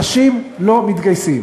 אנשים לא מתגייסים.